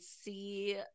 see